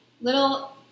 little